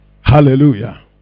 Hallelujah